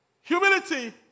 Humility